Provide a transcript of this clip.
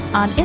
on